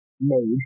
made